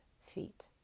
feet